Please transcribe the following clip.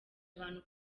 abantu